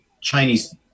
chinese